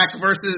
versus